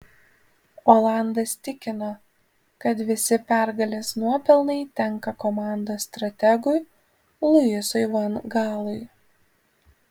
olandas tikino kad visi pergalės nuopelnai tenka komandos strategui luisui van gaalui